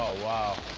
ah wow.